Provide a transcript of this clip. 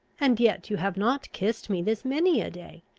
and yet you have not kissed me this many a day.